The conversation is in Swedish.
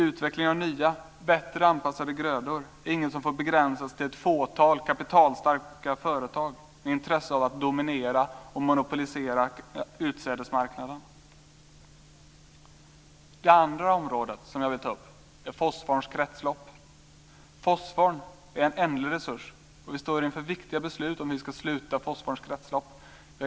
Utvecklingen av nya, bättre anpassade grödor är inget som får begränsas till ett fåtal kapitalstarka företag med intresse av att dominera och monopolisera utsädesmarknaden. Det andra området jag till ta upp är fosforns kretslopp. Fosforn är en ändlig resurs, och vi står inför viktiga beslut om hur vi ska sluta fosforns kretslopp.